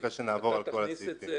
אחרי שנעבור על כל הסעיפים.